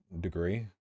degree